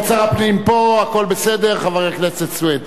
של חבר הכנסת חנא סוייד.